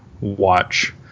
watch